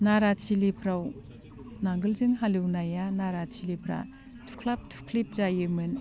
नारा थिलिफ्राव नांगोलजों हालेवनाया नारा थिलिफ्रा थुख्लाब थुख्लिब जायोमोन